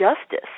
Justice